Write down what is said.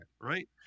right